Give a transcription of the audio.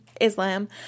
islam